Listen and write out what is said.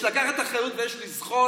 בסופו של דבר, יש לקחת אחריות ויש לזחול.